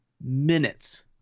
minutes